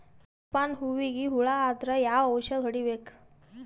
ಸೂರ್ಯ ಪಾನ ಹೂವಿಗೆ ಹುಳ ಆದ್ರ ಯಾವ ಔಷದ ಹೊಡಿಬೇಕು?